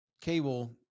cable